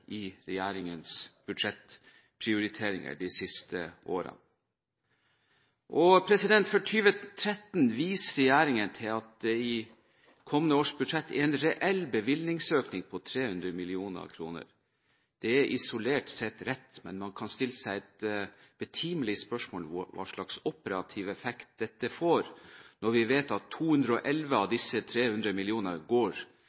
i regjeringens budsjettprioriteringer de siste årene. Regjeringen viser til at det i kommende års budsjett, for 2013, er en reell bevilgningsøkning på 300 mill. kr. Det er isolert sett rett, men man kan stille seg et betimelig spørsmål: Hva slags operativ effekt får dette når vi vet at 211 av disse 300 millionene går